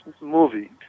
movie